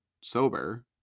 sober